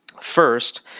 First